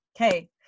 Okay